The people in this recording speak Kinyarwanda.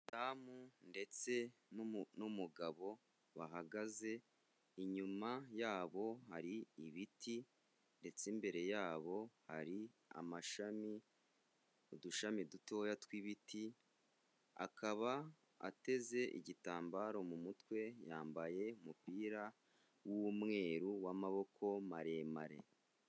Umudamu ndetse n'umugabo bahagaze, inyuma yabo hari ibiti ndetse imbere yabo, hari amashami, udushami dutoya tw'ibiti, akaba ateze igitambaro mu mutwe yambaye umupira w'umweru w'amaboko maremare.